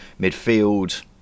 Midfield